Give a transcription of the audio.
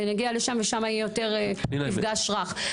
ונגיע לשם ושמה יהיה יותר מפגש רך,